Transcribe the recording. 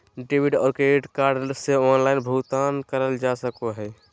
debit और credit card से online भुगतान करल जा सको हय